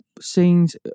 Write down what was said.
scenes